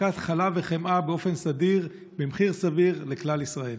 אספקת חלב וחמאה באופן סדיר ובמחיר סביר לכלל ישראל.